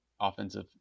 offensive